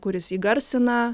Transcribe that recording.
kuris įgarsina